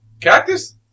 Cactus